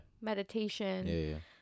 Meditation